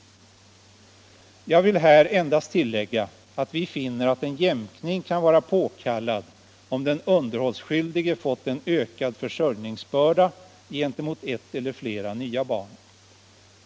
Jag vill här endast tillägga att vi finner att en jämkning kan vara påkallad, om den underhållsskyldige fått en ökad försörjningsbörda gentemot ett eller flera nya barn.